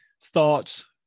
thoughts